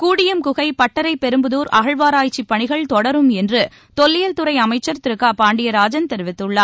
கூடியம்குகை பட்டறைபெரும்புதூர் அகழ்வாராய்ச்சிப் பணிகள் தொடரும் என்று தொல்லியல் துறை அமைச்சர் திரு க பாண்டியராஜன் தெரிவித்துள்ளார்